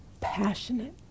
passionate